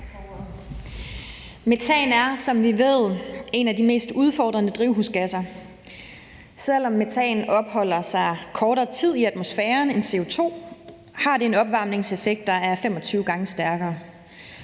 Metan er, som vi ved, en af de mest udfordrende drivhusgasser. Selv om metan opholder sig kortere tid i atmosfæren end CO2, har det en opvarmningseffekt, der er 25 gange stærkere.